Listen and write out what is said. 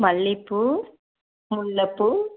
மல்லிகைப்பூ முல்லைப்பூ